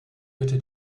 bitte